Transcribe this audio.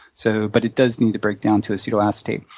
so but it does need to break down to acetoacetate.